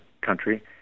country